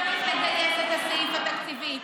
צריך לגייס את הסעיף התקציבי,